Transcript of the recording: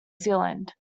zealand